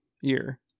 year